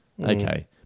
okay